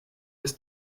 des